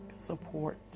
support